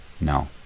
No